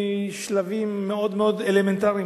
משלבים מאוד מאוד אלמנטריים,